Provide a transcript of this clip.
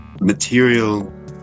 material